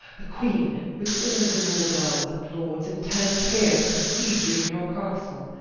the queene, with all the northerne earles and lords, intend here to besiege you in your castle.